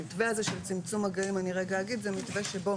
המתווה הזה של צמצום מגעים זה מתווה שבו